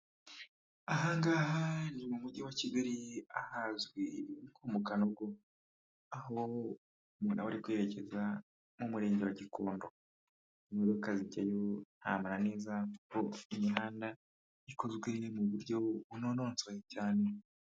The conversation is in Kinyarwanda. Aha ngaha ni mu mujyi wa Kigali ahazwi nko mu Kanogo, aho umuntu aba ari kwerekeza mu murenge wa Gikondo, imodoka zijyayo ntamananiza kuko imihanda ikozwe mu buryo bunononsoye cyane.